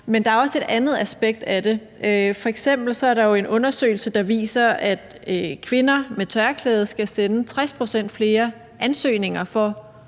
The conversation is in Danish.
Men der er også et andet aspekt af det, f.eks. er der en undersøgelse, der viser, at kvinder med tørklæde skal sende 60 pct. flere ansøgninger for